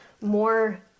more